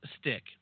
stick